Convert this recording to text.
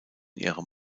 ihrem